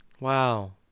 Wow